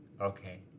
okay